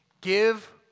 give